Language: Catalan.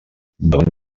davant